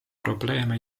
probleeme